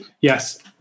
Yes